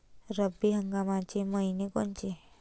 रब्बी हंगामाचे मइने कोनचे?